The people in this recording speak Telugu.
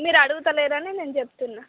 మీరు అడుగుతలేరని నేను చెప్తున్నాను